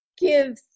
give